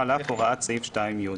על אף הוראת סעיף 2(י).